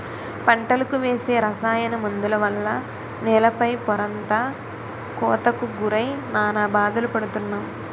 పంటలకు వేసే రసాయన మందుల వల్ల నేల పై పొరంతా కోతకు గురై నానా బాధలు పడుతున్నాం